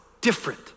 different